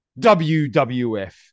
WWF